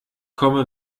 komme